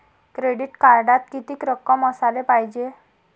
Credit कार्डात कितीक रक्कम असाले पायजे?